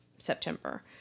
September